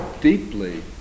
deeply